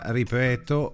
ripeto